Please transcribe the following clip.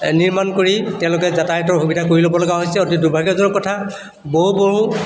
এই নিৰ্মাণ কৰি তেওঁলোকে যাতায়াতৰ সুবিধা কৰি ল'ব লগা হৈছে অতি দুৰ্ভাগ্যজনক কথা বও বৰো